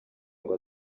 ngo